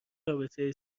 رابطه